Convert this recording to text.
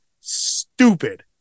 stupid